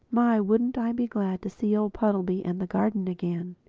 my, wouldn't i be glad to see old puddleby and the garden again!